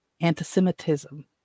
anti-Semitism